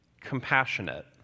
compassionate